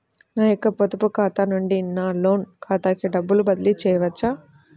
నా యొక్క పొదుపు ఖాతా నుండి నా లోన్ ఖాతాకి డబ్బులు బదిలీ చేయవచ్చా?